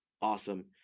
Awesome